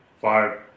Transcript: five